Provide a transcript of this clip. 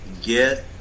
Get